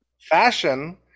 fashion